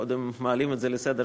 קודם מעלים את זה על סדר-היום,